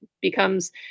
becomes